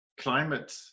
climate